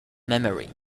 memory